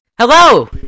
Hello